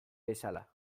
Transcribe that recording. bezala